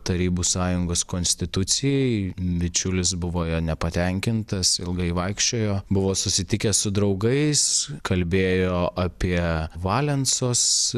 tarybų sąjungos konstitucijai bičiulis buvo ja nepatenkintas ilgai vaikščiojo buvo susitikęs su draugais kalbėjo apie valencos